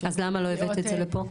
אז למה לא הבאת את זה לפה?